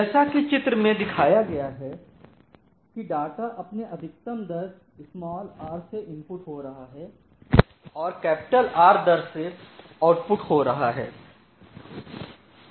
जैसा कि चित्र में दिखाया गया है कि डाटा अपने अधिकतम दर r से इनपुट हो रहा है और R दर से आउट पुट हो रहा है